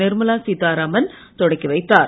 நிர்மலா சீத்தாராமன் தொடக்கி வைத்தார்